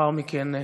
לאחר מכן,